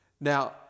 Now